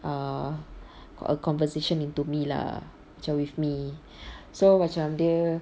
err a conversation into me lah macam with me so macam dia